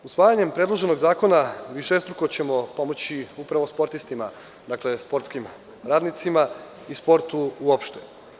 Usvajanjem predloženog zakona višestruko ćemo pomoći upravo sportistima, sportskim radnicima i sportu uopšte.